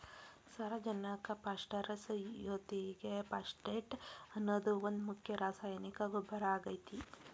ಸಾರಜನಕ ಪಾಸ್ಪರಸ್ ಜೊತಿಗೆ ಫಾಸ್ಫೇಟ್ ಅನ್ನೋದು ಒಂದ್ ಮುಖ್ಯ ರಾಸಾಯನಿಕ ಗೊಬ್ಬರ ಆಗೇತಿ